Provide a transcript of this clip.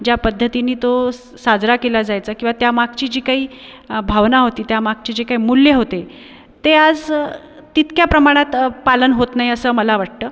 ज्या पद्धतीने तो स साजरा केला जायचा किंवा त्यामागची जी काही भावना होती त्या मागचे जे काही मूल्य होते ते आज तितक्या प्रमाणात पालन होत नाही असं मला वाटतं